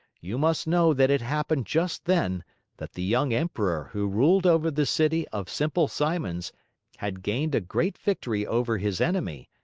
you must know that it happened just then that the young emperor who ruled over the city of simple simons had gained a great victory over his enemy,